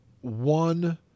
one